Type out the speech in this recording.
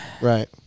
right